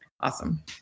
awesome